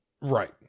Right